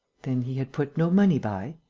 then he had put no money by?